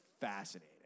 fascinating